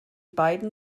beiden